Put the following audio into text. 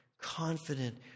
confident